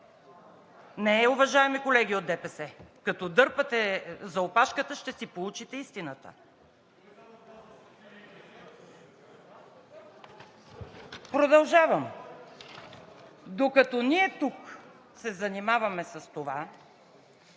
Не, уважаеми колеги от ДПС, като го дърпате за опашката, ще си получите истината. Продължавам. Докато ние тук се занимаваме с това,